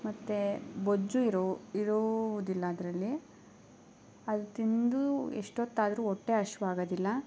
ಮತ್ತೆ ಬೊಜ್ಜು ಇರೋ ಇರುವುದಿಲ್ಲ ಅದರಲ್ಲಿ ಅದು ತಿಂದು ಎಷ್ಟೊತ್ತಾದರು ಹೊಟ್ಟೆ ಹಶ್ವಾಗೊದಿಲ್ಲ